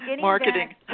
Marketing